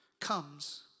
comes